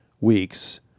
weeks